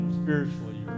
spiritually